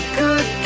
good